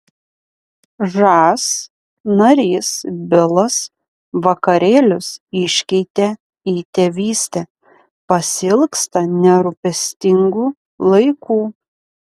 žas narys bilas vakarėlius iškeitė į tėvystę pasiilgsta nerūpestingų laikų